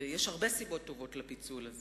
ויש הרבה סיבות טובות לפיצול הזה.